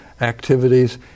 activities